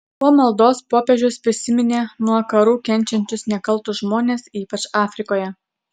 po maldos popiežius prisiminė nuo karų kenčiančius nekaltus žmones ypač afrikoje